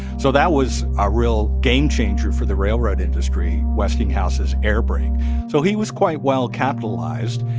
so that was a real game-changer for the railroad industry westinghouse's air brake so he was quite well-capitalized.